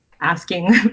asking